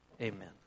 Amen